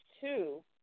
two